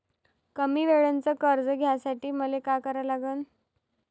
कमी वेळेचं कर्ज घ्यासाठी मले का करा लागन?